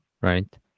right